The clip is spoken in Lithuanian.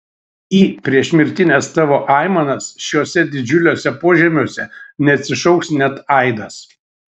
į priešmirtines tavo aimanas šiuose didžiuliuose požemiuose neatsišauks net aidas